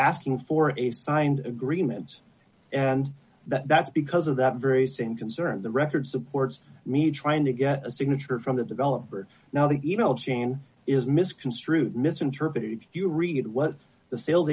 asking for a signed agreement and that's because of that very same concern the record supports me trying to get a signature from the developer now the e mail chain is misconstrued misinterpreted if you read what the sales